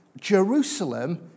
Jerusalem